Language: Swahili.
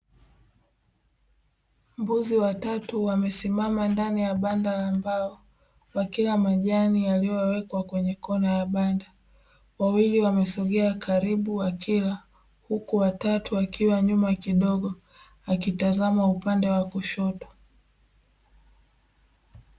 Mbuzi watatu wamesimama ndani ya banda la mbao wakila majani yaliyowekwa kwenye kona ya banda. Wawili wamesogea karibu wakila huku watatu wakiwa nyuma kidogo wakitazama upande wa kushoto